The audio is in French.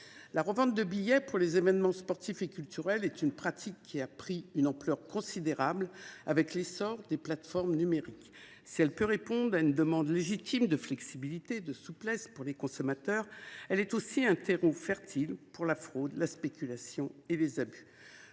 La revente de billets pour les événements sportifs et culturels est une pratique qui a pris une ampleur considérable avec l’essor des plateformes numériques. Si elle peut répondre à une demande légitime de flexibilité et de souplesse pour les consommateurs, elle est aussi un terreau fertile pour la fraude, la spéculation et les abus.